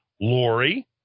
Lori